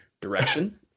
direction